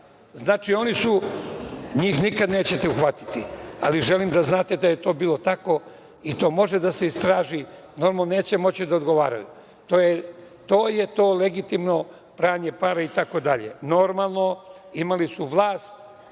banke. Znači, njih nikada nećete uhvatiti, ali želim da znate da je to bilo tako i to može da se istraži, a da neće moći da odgovaraju. To je to legitimno pranje pare itd. Normalno, imali su vlast